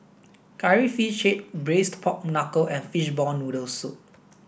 curry fish braised pork knuckle and fish ball noodle soup